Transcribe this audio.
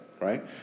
right